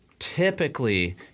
typically